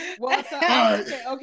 Okay